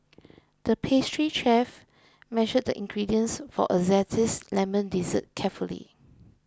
the pastry chef measured the ingredients for a Zesty Lemon Dessert carefully